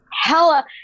hella